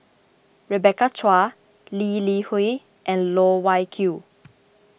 Rebecca Chua Lee Li Hui and Loh Wai Kiew